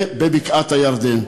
ובבקעת-הירדן,